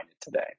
today